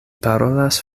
parolas